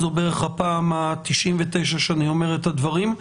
זאת בערך הפעם ה-99 שאני אומר את הדברים.